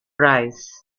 rice